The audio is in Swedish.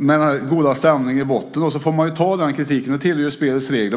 Med den goda stämningen i botten får man ta den kritiken, för det tillhör ju spelets regler.